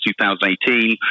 2018